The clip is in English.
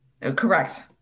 Correct